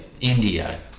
india